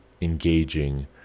engaging